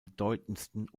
bedeutendsten